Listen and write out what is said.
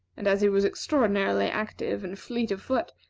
and as he was extraordinarily active and fleet of foot,